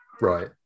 Right